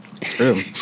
True